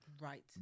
Right